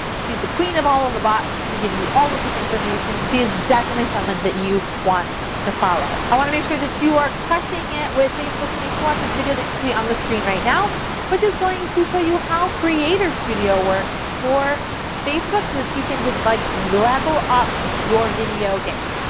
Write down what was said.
she's the queen of all of the bots. she's gonna and give you all of the information. she is definitely someone that you want to follow. i wanna make sure that you are crushing it with facebook so make sure to watch this video that you see on the screen right now which is going to show you how creator studio works for facebook so that you can just like level up your video game.